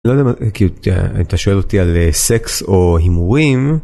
אתה שואל אותי על סקס או הימורים.